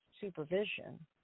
supervision